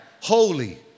holy